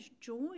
joy